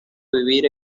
vivir